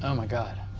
um my god.